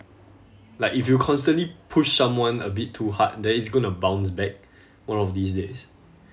like if you constantly push someone a bit too hard then it's going to bounce back one of these days